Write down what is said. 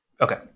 Okay